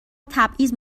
تبعیض